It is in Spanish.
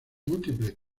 múltiples